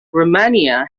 romania